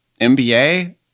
MBA